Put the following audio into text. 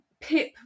Pip